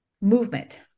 movement